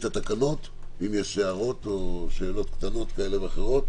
בתקנות מרשם האוכלוסין (רישומים בתעודת זהות),